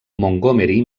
montgomery